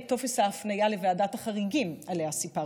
את טופס ההפניה לוועדת החריגים שעליה סיפרת,